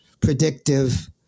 predictive